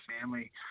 family